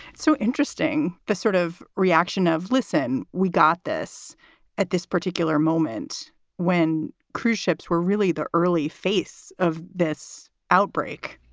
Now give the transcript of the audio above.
so interesting, the sort of reaction of, listen, we got this at this particular moment when cruise ships were really the early face of this outbreak